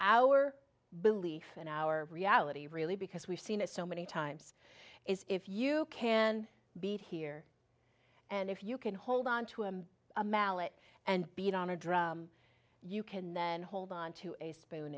our belief in our reality really because we've seen it so many times is if you can beat here and if you can hold onto a mallet and beat on a drum you can then hold onto a spoon